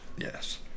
Yes